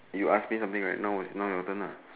you ask me something right now your turn lah